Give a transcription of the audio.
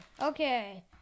okay